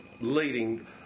leading